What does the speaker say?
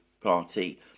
Party